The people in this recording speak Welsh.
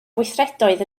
gweithredoedd